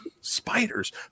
spiders